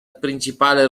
principale